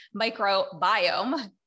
microbiome